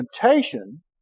temptation